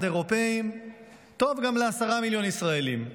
אירופאים טוב גם ל-10 מיליון ישראלים.